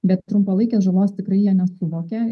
bet trumpalaikės žalos tikrai jie nesuvokia